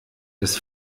dass